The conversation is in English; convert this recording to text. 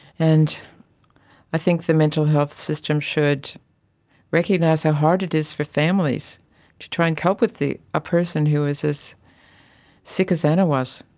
and i think the mental health system should recognise how hard it is for families to try and cope with a ah person who is as sick as anna was.